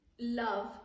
love